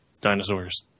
dinosaurs